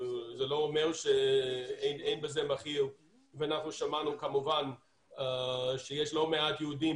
זה לא אומר שאין לזה מחיר ושמענו כמובן שיש לא מעט יהודים,